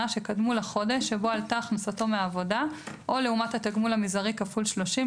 שקדמו לחודש שבו עלתה הכנסתו מעבודה או לעומת התגמול המזערי כפול שלושים,